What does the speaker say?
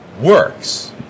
works